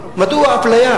מנסה להוכיח את העובדות האלה,